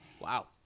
Wow